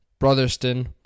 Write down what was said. Brotherston